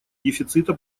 дефицита